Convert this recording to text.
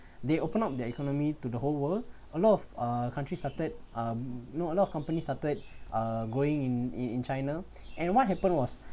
they open up their economy to the whole world a lot of uh country started um you know a lot of companies started uh going in in china and what happened was